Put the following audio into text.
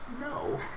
No